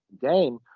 game